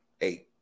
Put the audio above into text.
eight